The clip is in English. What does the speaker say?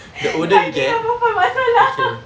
lelaki dengan perempuan masalah